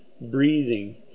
breathing